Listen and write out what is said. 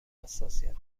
حساسیت